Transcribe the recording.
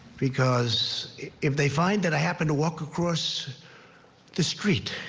because if they find that i happen to walk across the street